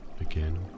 Again